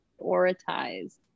prioritize